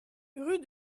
rue